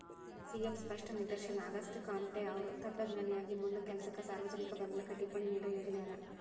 C F ಸ್ಪಷ್ಟ ನಿದರ್ಶನ ಆಗಸ್ಟೆಕಾಮ್ಟೆಅವ್ರ್ ತತ್ವಜ್ಞಾನಿಯಾಗಿ ಮುಂದ ಕೆಲಸಕ್ಕ ಸಾರ್ವಜನಿಕ ಬೆಂಬ್ಲಕ್ಕ ಟಿಪ್ಪಣಿ ನೇಡೋ ಯೋಜನಿ ಅದ